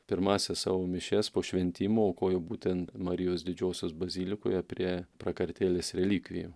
pirmąsias savo mišias po šventimų aukojo būtent marijos didžiosios bazilikoje prie prakartėlės relikvijų